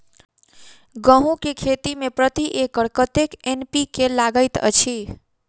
गेंहूँ केँ खेती मे प्रति एकड़ कतेक एन.पी.के लागैत अछि?